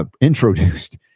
introduced